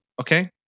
Okay